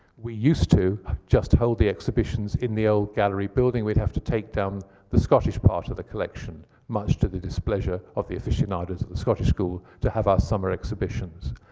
we used to just hold the exhibitions in the old gallery building. we'd have to take down the scottish part of the collection, much to the displeasure of the afficionados of the scottish school, to have our summer exhibitions.